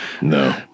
No